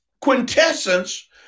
quintessence